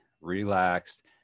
relaxed